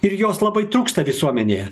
ir jos labai trūksta visuomenėje